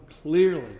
clearly